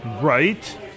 Right